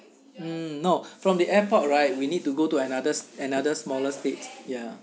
mm no from the airport right we need to go to another another smaller state ya